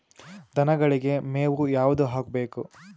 ದನಗಳಿಗೆ ಮೇವು ಯಾವುದು ಹಾಕ್ಬೇಕು?